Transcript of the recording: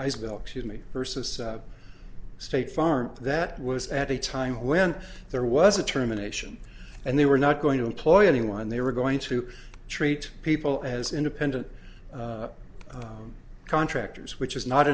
persis state farm that was at a time when there was a terminations and they were not going to employ anyone they were going to treat people as independent contractors which is not